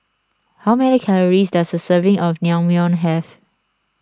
how many calories does a serving of Naengmyeon have